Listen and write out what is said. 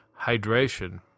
hydration